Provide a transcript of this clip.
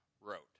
wrote